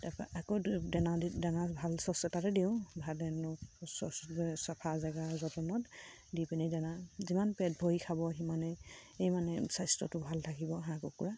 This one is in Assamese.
তাৰপৰা আকৌ দানা দানা ভাল ছচ এটাতে দিওঁ ভাল ছচ চফা জেগাত যতনত দি পিনি দানা যিমান পেট ভৰি খাব সিমানেই মানে স্বাস্থ্যটো ভাল থাকিব হাঁহ কুকুৰা